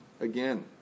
again